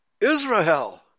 Israel